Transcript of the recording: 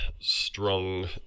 strong